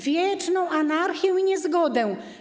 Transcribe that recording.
wieczną anarchię i niezgodę.